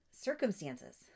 circumstances